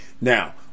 Now